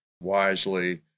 wisely